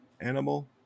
animal